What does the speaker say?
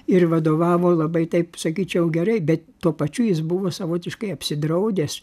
ir vadovavo labai taip sakyčiau gerai bet tuo pačiu jis buvo savotiškai apsidraudęs